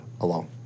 alone